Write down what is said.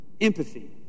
empathy